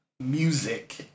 Music